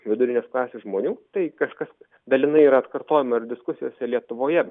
vidurinės klasės žmonių tai kažkas dalinai yra atkartojama ir diskusijose lietuvoje